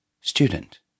Student